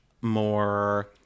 more